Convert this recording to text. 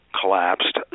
collapsed